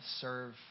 serve